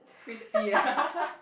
crispy